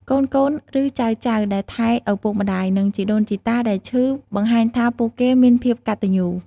កូនៗ ឬ ចៅៗដែលថែឪពុកម្ដាយ និងជីដូនជិតាដែលឈឺបង្ហាញថាពួកគេមានភាពកត្តញ្ញូ។